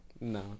No